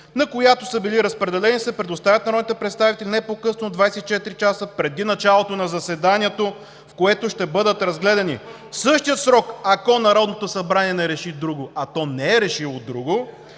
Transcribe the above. на която са били разпределени, се предоставят на народните представители не по-късно от 24 часа преди началото на заседанието, в което ще бъдат разгледани. Същият срок, ако Народното събрание не реши друго – а то не е решило друго